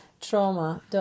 Trauma